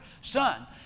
son